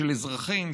של אזרחים,